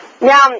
Now